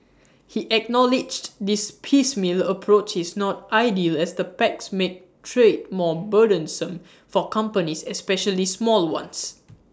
he acknowledged this piecemeal approach is not ideal as the pacts make trade more burdensome for companies especially small ones